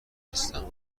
هستم